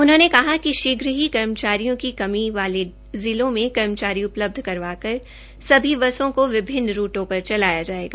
उन्होंने कहा कि शीघ्र ही कर्मचारियों की कमी वाले जिलों मे कर्मचारी उपलब्ध करवाकर सभी बसों को विभिन्न रूटों पर चलाया जायेगा